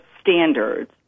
standards